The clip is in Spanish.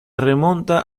remonta